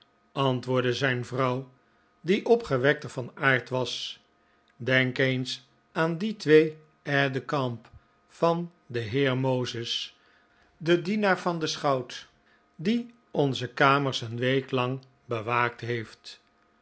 antwoordde zijn vrouw die opgewekter van aard was denk eens aan die twee aides de camp van den heer moses den dienaar van den schout die onze kamers een week lang bewaakt heeft